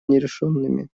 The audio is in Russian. нерешенными